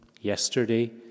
yesterday